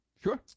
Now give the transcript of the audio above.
sure